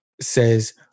says